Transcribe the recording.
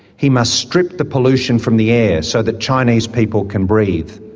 he must strip the pollution from the air so that chinese people can breathe.